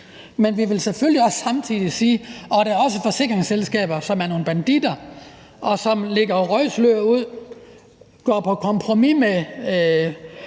Men vi vil selvfølgelig samtidig også sige, at der også er forsikringsselskaber, som er nogle banditter, som lægger røgslør ud, som går på kompromis med